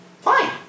fine